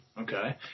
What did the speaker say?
Okay